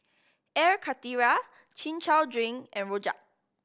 Air Karthira Chin Chow drink and rojak